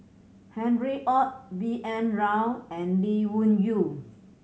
Harry Ord B N Rao and Lee Wung Yew